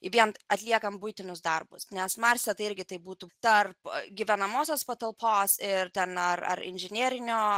vien atliekanm buitini us darbus nes marse tai irgi taip būtų tarp gyvenamosios patalpos ir ten ar inžinerinio